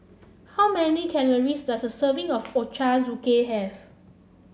how many calories does serving of Ochazuke have